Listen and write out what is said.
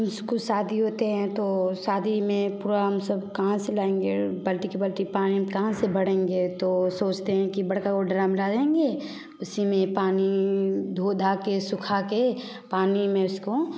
हम को शादी होते हैं तो शादी में पूरा हम सब कहाँ से लाएगे बाल्टी के बाल्टी पानी हम कहाँ से भरेंगे तो सोचते हैं कि बड़का को ड्रम ला देंगे उसी में पानी धो धा के सूखा के पानी में उसको